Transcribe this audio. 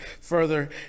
further